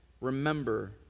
remember